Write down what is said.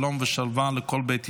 שלום ושלווה לכל בית ישראל.